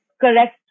correct